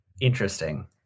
Interesting